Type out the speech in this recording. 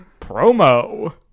promo